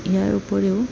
ইয়াৰ উপৰিও